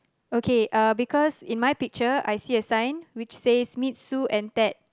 okay because in my picture it shows a sign it says meet Sue and Pat